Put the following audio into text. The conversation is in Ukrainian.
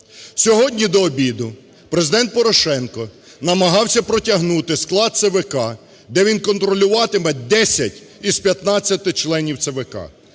Сьогодні до обіду Президент Порошенко намагався протягнути склад ЦВК, де він контролюватиме 10 із 15 членів ЦВК.